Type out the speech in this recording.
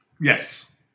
Yes